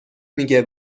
میگه